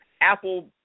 Apple